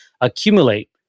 accumulate